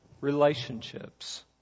relationships